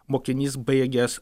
mokinys baigęs